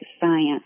science